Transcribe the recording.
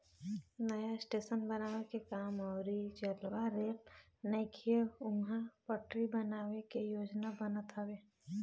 नया स्टेशन बनावे के काम अउरी जहवा रेल नइखे उहा पटरी बनावे के योजना बनत हवे